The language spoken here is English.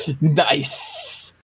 Nice